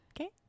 Okay